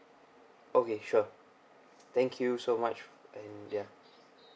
okay sure thank you so much and ya